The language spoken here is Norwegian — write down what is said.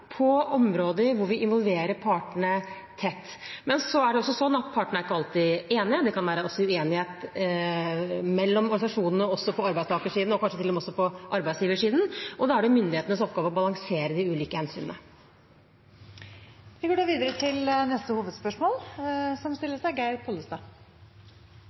på områder hvor vi involverer partene tett. Men så er det også sånn at partene ikke alltid er enige. Det kan også være uenighet mellom organisasjonene på arbeidstakersiden og kanskje også til og med på arbeidsgiversiden. Da er det myndighetenes oppgave å balansere de ulike hensynene. Vi går videre til neste hovedspørsmål.